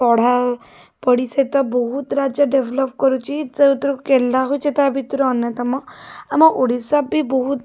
ପଢ଼ାପଢ଼ି ସେ ତ ବହୁତ ରାଜ୍ୟ ଡେଭଲପ୍ କରୁଛି ତା' ଭିତରୁ କେରଲା ହେଉଛି ତା' ଭିତରୁ ଅନ୍ୟତମ ଆମ ଓଡ଼ିଶା ବି ବହୁତ